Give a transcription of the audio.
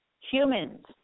Humans